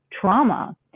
trauma